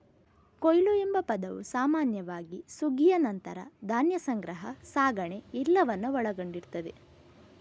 ಕೊಯ್ಲು ಎಂಬ ಪದವು ಸಾಮಾನ್ಯವಾಗಿ ಸುಗ್ಗಿಯ ನಂತರ ಧಾನ್ಯ ಸಂಗ್ರಹ, ಸಾಗಣೆ ಎಲ್ಲವನ್ನ ಒಳಗೊಂಡಿರ್ತದೆ